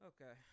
Okay